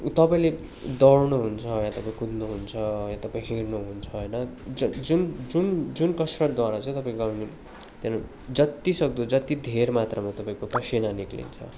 तपाईँले दौड्नुहुन्छ या तपाईँ कुद्नुहुन्छ या तपाईँ खेल्नुहुन्छ होइन ज जुन जुन जुन कसरतद्वारा चाहिँ तपाईँको जति सक्दो जति धेर मात्रामा तपाईँको पसिना निक्लिन्छ